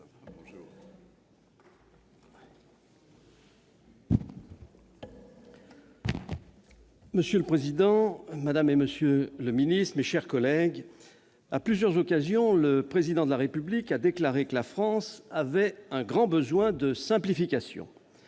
Monsieur le président, madame, monsieur les ministres, mes chers collègues, à plusieurs occasions le Président de la République a déclaré que la France avait un grand besoin de simplification.